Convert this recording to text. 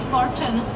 Fortune